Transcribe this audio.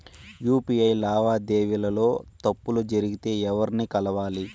UPI లావాదేవీల లో తప్పులు జరిగితే ఎవర్ని కలవాలి?